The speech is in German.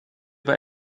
bei